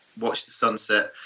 watch the sunset,